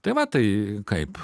tai va tai kaip